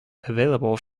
available